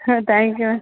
ഹാ thank you ma'am